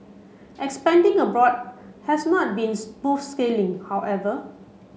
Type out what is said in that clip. expanding abroad has not been smooth sailing however